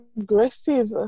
aggressive